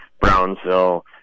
Brownsville